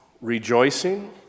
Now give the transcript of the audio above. rejoicing